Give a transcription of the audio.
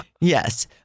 Yes